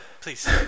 Please